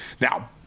Now